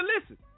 listen